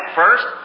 first